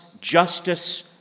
justice